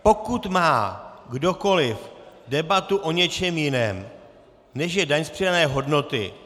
Pokud má kdokoliv debatu o něčem jiném, než je daň z přidané hodnoty...